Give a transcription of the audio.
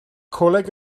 coleg